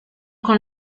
con